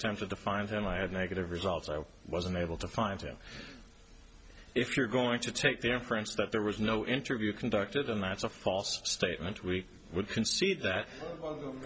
attempted to find him i had negative results i wasn't able to find him if you're going to take the inference that there was no interview conducted and that's a false statement we would concede that